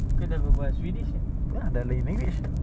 pun dia dia orang boleh understand indonesian